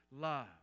love